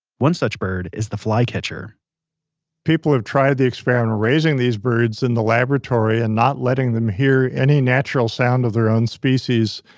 one such bird is the flycatcher people have tried the experiment of raising these birds in the laboratory and not letting them hear any natural sound of their own species,